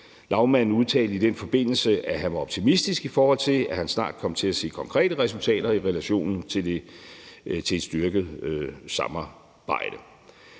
Lagmanden udtalte i den forbindelse, at han var optimistisk, i forhold til at han snart ville komme til at se konkrete resultater i relation til et styrket samarbejde.